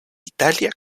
italia